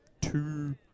two